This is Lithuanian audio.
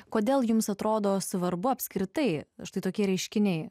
kodėl jums atrodo svarbu apskritai štai tokie reiškiniai